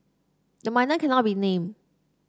the minor cannot be named